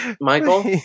Michael